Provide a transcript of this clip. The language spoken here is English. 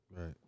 Right